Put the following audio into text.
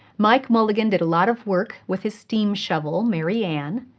mike mulligan did a lot of work with his steam shovel, mary anne,